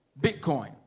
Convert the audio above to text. Bitcoin